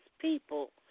people